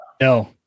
no